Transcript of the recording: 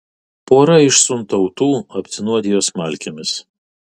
pora iš suntautų apsinuodijo smalkėmis